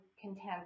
content